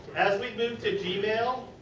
as we move to gmail